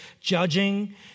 judging